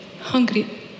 hungry